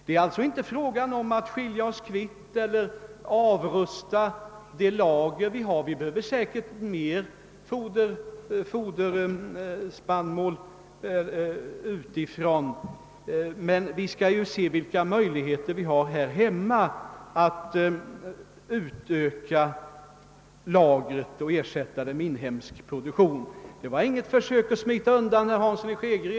Det är alltså inte fråga om att göra oss kvitt eller minska de lager vi har. Vi behöver säkert mer foderspannmål utifrån men vi skall se vilka möjligheter vi har inom landet att utöka lagret och ersätta det med inhemsk produktion. Det var inget försök att smita undan, herr Hansson i Skegrie.